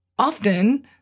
Often